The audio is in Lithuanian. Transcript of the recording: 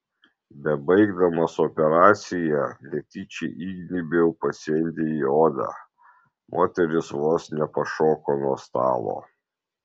bebaigdamas operaciją netyčia įgnybiau pacientei į odą moteris vos nepašoko nuo stalo